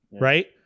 Right